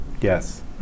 Yes